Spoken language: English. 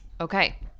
Okay